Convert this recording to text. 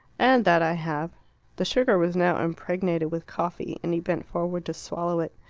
and that i have the sugar was now impregnated with coffee, and he bent forward to swallow it.